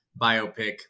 biopic